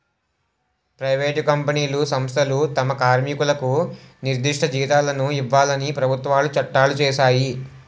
private కంపెనీలు సంస్థలు తమ కార్మికులకు నిర్దిష్ట జీతాలను ఇవ్వాలని ప్రభుత్వాలు చట్టాలు చేశాయి